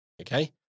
Okay